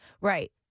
right